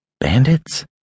Bandits